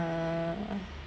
uh